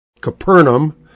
Capernaum